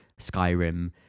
skyrim